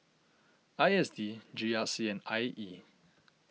I S D G R C and I E